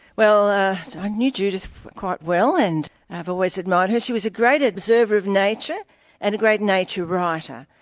well i knew judith quite well and i've always admired her. she was a great observer of nature and a great nature writer.